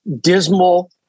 dismal